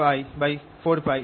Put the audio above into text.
r r